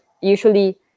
usually